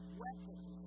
weapons